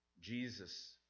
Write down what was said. Jesus